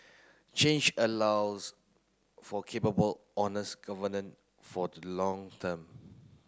change allows for capable honest for the long term